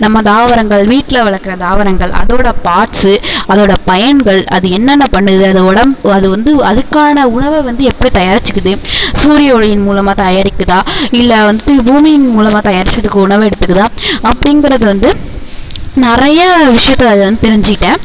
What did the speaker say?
நம்ம தாவரங்கள் வீட்டில வளர்க்குற தாவரங்கள் அதோடய பார்ட்ஸு அதோடய பயன்கள் அது என்னன்ன பண்ணுது அதை ஒடம் அது வந்து அதுக்கான உணவை வந்து எப்படி தயாரிச்சிக்கிது சூரிய ஒளியின் மூலமாக தயாரிக்கிறதா இல்லை வந்துட்டு பூமியின் மூலமாக தயாரித்து அதுக்கு உணவு எடுத்துக்குதா அப்படிங்கறது வந்து நிறையா விஷயத்த அது வந்து தெரிஞ்சிக்கிட்டேன்